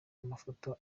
amafoto